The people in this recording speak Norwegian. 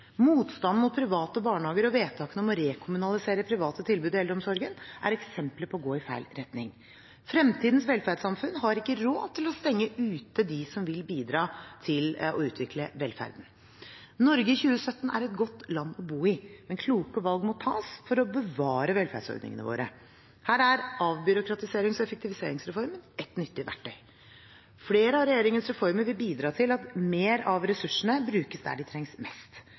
Motstanden mot private barnehager og vedtakene om å rekommunalisere private tilbud i eldreomsorgen er eksempler som går i feil retning. Fremtidens velferdssamfunn har ikke råd til å stenge ute dem som vil bidra til å utvikle velferden. Norge i 2017 er et godt land å bo i, men kloke valg må tas for å bevare velferdsordningene våre. Her er avbyråkratiserings- og effektivitetsreformen et nyttig verktøy. Flere av regjeringens reformer vil bidra til at mer av ressursene brukes der de trengs mest.